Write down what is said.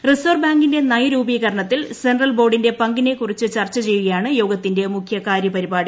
reserve ബാങ്കിന്റെ നയരൂപീകരണത്തിൽ central ബോർഡിന്റെ പങ്കിനെകുറിച്ച് ചർച്ച ചെയ്യുകയാണ് യോഗത്തിന്റെ മുഖ്യ കാര്യപരിപാടി